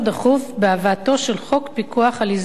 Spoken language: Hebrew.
פיקוח על איזוק אלקטרוני נפרד ומפורט.